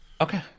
Okay